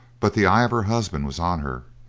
but the eye of her husband was on her,